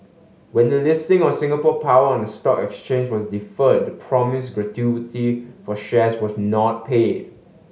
when the listing of Singapore Power on the stock exchange was deferred the promised gratuity for shares was not paid